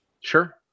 Sure